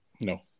No